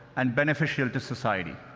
and beneficial to society.